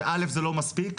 שא' זה לא מספיק,